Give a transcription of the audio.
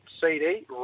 CD